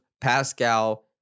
Pascal